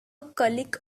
colleague